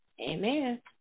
Amen